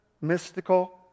mystical